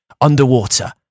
underwater